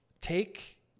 take